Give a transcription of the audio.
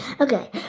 Okay